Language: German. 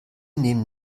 nehmen